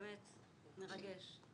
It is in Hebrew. באמת מרגש.